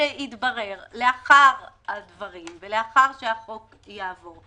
שיתברר לאחר הדברים ולאחר שהחוק יעבור,